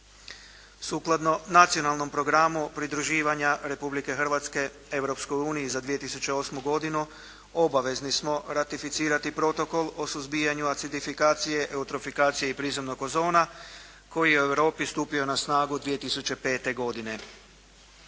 Sukladno Nacionalnom programu pridruživanja Republike Hrvatske Europskoj Uniji za 2008. godinu obavezni smo ratificirati Protokol o suzbijanju acidifikacije, eutrofikacije i prizemnog ozona, koji je u Europi stupio na snagu 2005. godine.